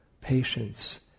patience